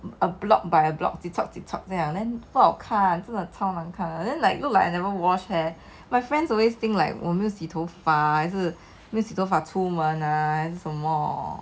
a block by a block 这样 then 不好看真的超难看 then like look like I never wash hair my friends always think like 我没有洗头发还是没有洗头发出门啊还是什么